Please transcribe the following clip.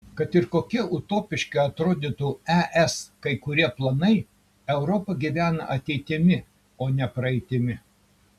kad ir kokie utopiški atrodytų es kai kurie planai europa gyvena ateitimi o ne praeitimi